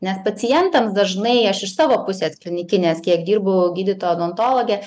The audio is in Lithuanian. nes pacientams dažnai aš iš savo pusės klinikinės kiek dirbau gydytoja odontologe